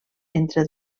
entre